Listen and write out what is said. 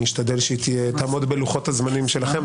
אני אשתדל שהיא תעמוד בלוחות-הזמנים שלכם,